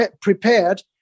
prepared